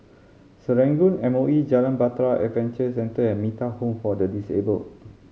Serangoon M O E Jalan Bahtera Adventure Centre and Metta Home for the Disabled